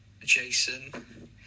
Jason